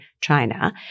China